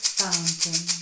fountain